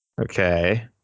Okay